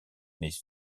mais